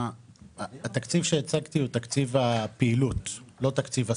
התקציב שהצגתי הוא תקציב הפעילות ולא תקציב השכר.